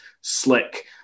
slick